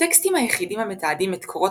הטקסטים היחידים המתעדים את קורות